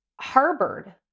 harbored